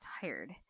tired